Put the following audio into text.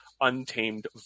untamed